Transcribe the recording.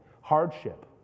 hardship